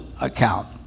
account